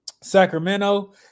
Sacramento